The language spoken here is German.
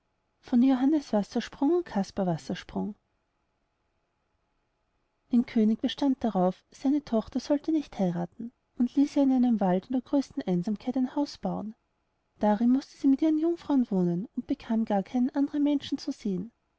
johannes wassersprung und caspar wassersprung ein könig bestand darauf seine tochter sollte nicht heirathen und ließ ihr in einem wald in der größten einsamkeit ein haus bauen darin mußte sie mit ihren jungfrauen wohnen und bekam gar keinen andern menschen zu sehen